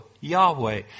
Yahweh